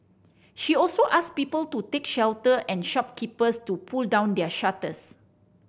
she also asked people to take shelter and shopkeepers to pull down their shutters